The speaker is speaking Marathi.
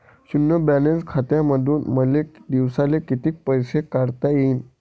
शुन्य बॅलन्स खात्यामंधून मले दिवसाले कितीक पैसे काढता येईन?